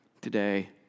Today